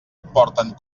porten